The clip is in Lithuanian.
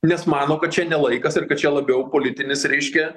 nes mano kad čia ne laikas ir kad čia labiau politinis reiškia